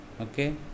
okay